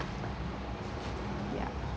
ya